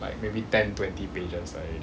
like maybe ten twenty pages already